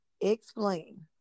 Explain